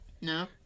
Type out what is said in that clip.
No